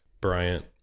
Bryant